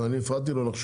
מה, אני הפרעתי לו לחשוב?